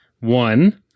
One